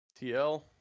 TL